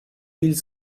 mille